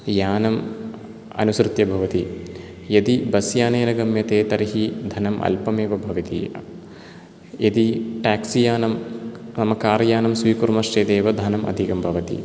यानम् अनुसृत्य भवति यदि बस्यानेन गम्यते तर्हि धनम् अल्पमेव भवति एव यदि टेक्सियानं नाम कार्यानं स्वीकुर्मश्चेदेव धनम् अधिकं भवति